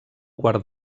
quart